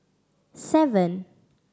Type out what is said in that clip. seven